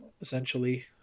Essentially